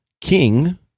King